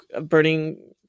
burning